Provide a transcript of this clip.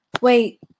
Wait